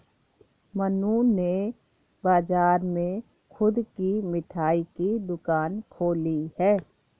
मन्नू ने बाजार में खुद की मिठाई की दुकान खोली है